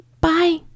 bye